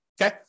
Okay